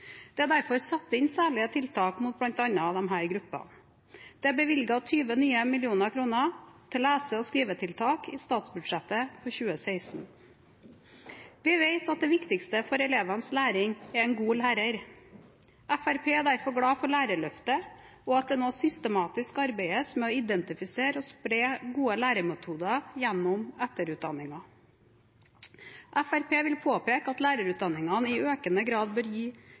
Det er derfor satt inn særlige tiltak for bl.a. disse gruppene. Det er bevilget nye 20 mill. kr til lese- og skrivetiltak i statsbudsjettet for 2016. Vi vet at det viktigste for elevenes læring er en god lærer. Fremskrittspartiet er derfor glade for Lærerløftet og for at det nå systematisk arbeides med å identifisere og spre gode læremetoder gjennom etterutdanning. Fremskrittspartiet vil påpeke at lærerutdanningene i økende grad bør gi